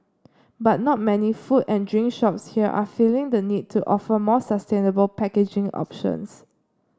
but not many food and drink shops here are feeling the need to offer more sustainable packaging options